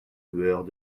lueurs